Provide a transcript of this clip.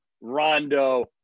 Rondo